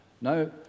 No